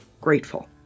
grateful